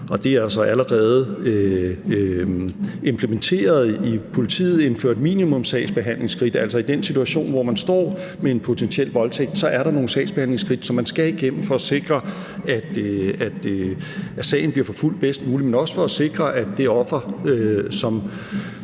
vi allerede har indført og implementeret minimumssagsbehandlingsskridt i politiet. Altså, i den situation, hvor man står med en potentiel voldtægt, er der nogle sagsbehandlingsskridt, som man skal igennem for at sikre, at sagen bliver forfulgt bedst muligt, men også for at sikre, at det offer,